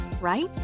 right